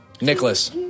Nicholas